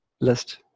list